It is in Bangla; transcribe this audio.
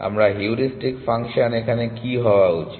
আমার হিউরিস্টিক ফাংশন এখানে কি হওয়া উচিত